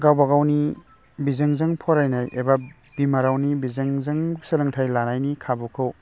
गावबा गावनि बिजोंजों फरायनाय एबा बिमा रावनि बिजोंजों सोलोंथाइ लानायनि खाबुखौ